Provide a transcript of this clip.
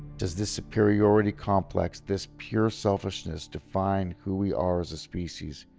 does this superiority complex, this pure selfishness, define who we are as a species?